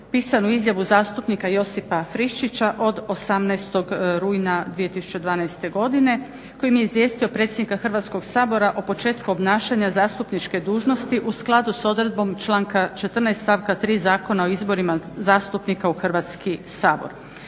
pisanu izjavu zastupnika Josipa Friščića od 18. rujna 2012. godine kojim je izvijestio predsjednika Hrvatskoga sabora o početku obnašanja zastupničke dužnosti u skladu s odredbom članka 14. stavka 3. Zakona o izborima zastupnika u Hrvatski sabor.